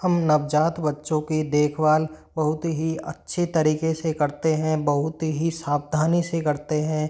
हम नवजात बच्चों की देखभाल बहुत ही अच्छे तरीके से करते हैं बहुत ही सावधानी से करते हैं